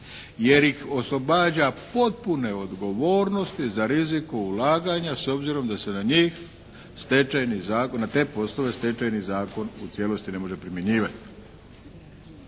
jer ih oslobađa potpune odgovornosti za rizik ulaganja s obzirom da se na njih stečajni zakon, na te poslove stečajni zakon u cijelosti ne može primjenjivati.